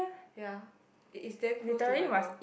ya it is damn close to my mouth